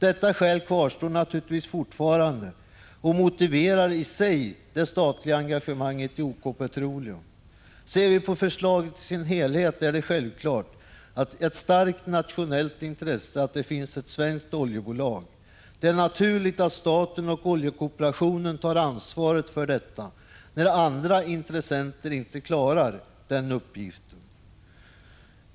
Detta skäl kvarstår naturligtvis fortfarande och motiverar i sig det statliga engagemanget i OK Petroleum. Ser vi på förslaget i dess helhet kan vi konstatera att det självfallet är ett starkt nationellt intresse att det finns ett svenskt oljebolag. Det är naturligt att staten och oljekooperationen tar ansvar för detta, när andra intressenter inte klarar uppgiften.